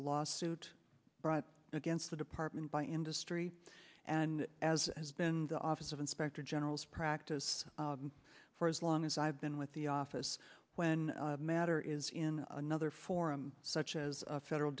a lawsuit brought against the department by industry and as has been the office of inspector general's practice for as long as i've been with the office when matter is in another forum such as a federal